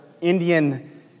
Indian